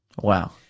Wow